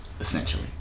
essentially